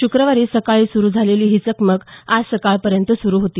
शुक्रवारी सकाळी सुरू झालेली ही चकमक आज सकाळपर्यंत सुरू होती